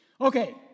Okay